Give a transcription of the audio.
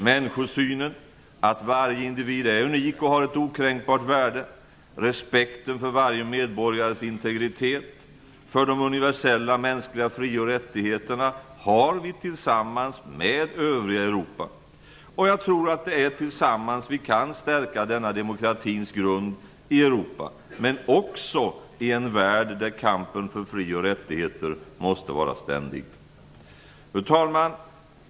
Människosynen, att varje individ är unik och har ett okränkbart värde, respekten för varje medborgares integritet och för de universella mänskliga fri och rättigheterna har vi tillsammans med övriga Europa. Och jag tror att det är tillsammans vi kan stärka denna demokratins grund i Europa, men också i en värld där kampen för fri och rättigheter måste vara ständig. Fru talman!